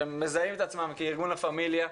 שהם מזהים את עצמם כארגון "לה פמיליה",